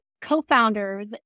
Co-founders